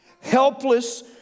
helpless